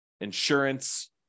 insurance